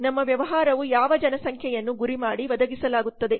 ನಮ್ಮ ವ್ಯವಹಾರವು ಯಾವ ಜನಸಂಖ್ಯೆಯನ್ನು ಗುರಿಮಾಡಿ ಒದಗಿಸಲಾಗುತ್ತದೆ